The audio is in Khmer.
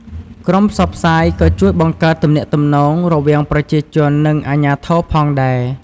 ក្រុមផ្សព្វផ្សាយក៏ជួយបង្កើតទំនាក់ទំនង រវាងប្រជាជននិងអាជ្ញាធរផងដែរ។